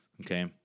Okay